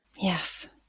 yes